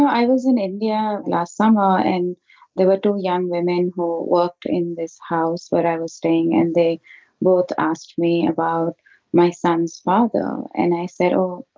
i was in india yeah last summer and there were two young women who worked in this house, but i was staying and they both asked me about my son's father. and i said, oh,